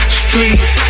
streets